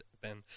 Ben